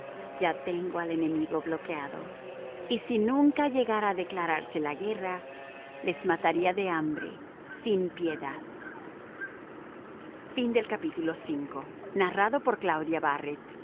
ya tengo al enemigo bloqueado y si nunca llegara a declararse la guerra les mataría de hambre sin piedad vi cartas de corfú